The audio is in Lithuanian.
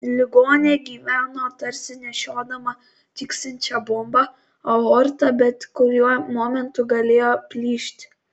ligonė gyveno tarsi nešiodama tiksinčią bombą aorta bet kuriuo momentu galėjo plyšti